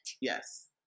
Yes